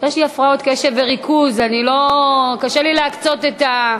יש לי הפרעות קשב וריכוז, קשה לי להקצות את,